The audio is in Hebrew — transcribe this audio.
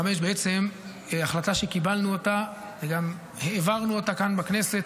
החלטה שקיבלנו אותה וגם העברנו אותה כאן בכנסת